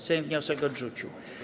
Sejm wniosek odrzucił.